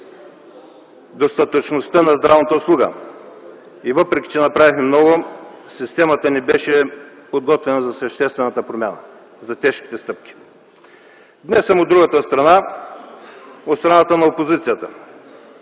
достатъчността на здравната услуга. Въпреки че направихме много, системата ни беше подготвена за съществената промяна – за тежките стъпки. Днес съм от другата страна – от страната на опозицията.